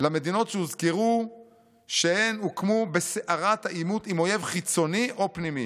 למדינות שהוזכרו הוא שהן הוקמו בסערת העימות עם אויב חיצוני או פנימי.